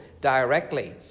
directly